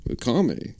comedy